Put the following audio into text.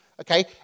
Okay